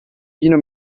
vino